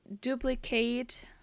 duplicate